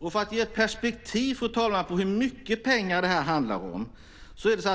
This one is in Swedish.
Jag kan ge ett perspektiv, fru talman, på hur mycket pengar det här handlar om.